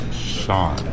Sean